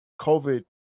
COVID